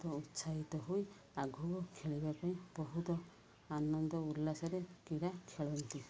ଉତ୍ସାହିତ ହୋଇ ଆଗକୁ ଖେଳିବା ପାଇଁ ବହୁତ ଆନନ୍ଦ ଉଲ୍ଲାସରେ କ୍ରୀଡ଼ା ଖେଳନ୍ତି